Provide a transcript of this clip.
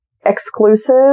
exclusive